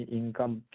income